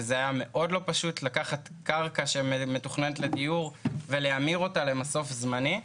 וזה היה מאוד לא פשוט לקחת קרקע שמתוכננת לדיור ולהמיר אותה למסוף זמני.